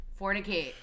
fornicate